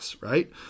Right